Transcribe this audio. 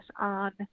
on